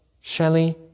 Shelley